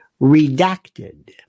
Redacted